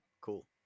cool